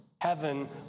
Heaven